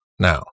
Now